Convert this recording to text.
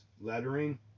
lettering